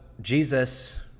Jesus